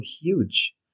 huge